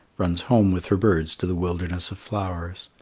runs home with her birds to the wilderness of flowers.